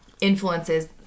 influences